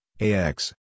AX